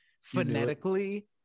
phonetically